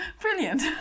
brilliant